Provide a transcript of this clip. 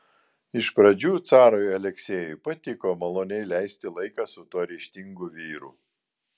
iš pradžių carui aleksejui patiko maloniai leisti laiką su tuo ryžtingu vyru